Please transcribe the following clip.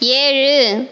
ஏழு